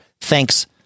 Thanks